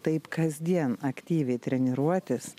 taip kasdien aktyviai treniruotis